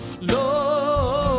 Lord